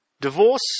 Divorce